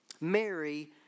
mary